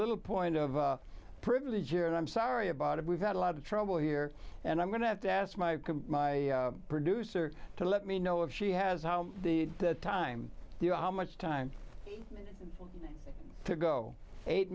little point of privilege here and i'm sorry about it we've had a lot of trouble here and i'm going to have to ask my my producer to let me know if she has how the time do you how much time to go eight